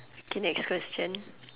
okay next question